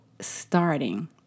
starting